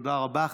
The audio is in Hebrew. תודה רבה.